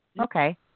okay